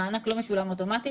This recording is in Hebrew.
המענק לא משולם אוטומטית,